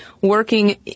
working